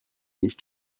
nicht